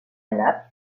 naples